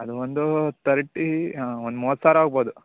ಅದು ಒಂದು ತರ್ಟಿ ಹಾಂ ಒಂದು ಮೂವತ್ತು ಸಾವಿರ ಆಗ್ಬೋದು